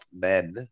men